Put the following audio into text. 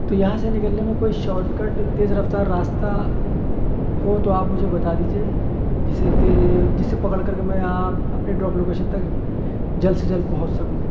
تو یہاں سے نکلنے میں کوئی شاٹ کٹ تیز رفتار راستہ ہو تو آپ مجھے بتا دیجیے جسے کہ جسے پکڑ کر کے میں آپ اپنے ڈروپ لوکیشن تک جلد سے جلد پہنچ سکوں